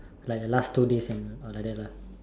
like the last two day and or like that lah